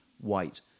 white